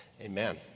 Amen